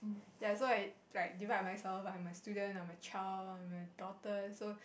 yea so its like divide myself I am a student I am a child I am a daughter so